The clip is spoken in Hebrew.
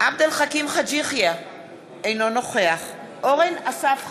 עבד אל חכים חאג' יחיא, אינו נוכח אורן אסף חזן,